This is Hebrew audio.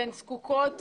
והן זקוקות